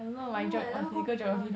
I don't know I never go before